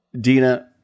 Dina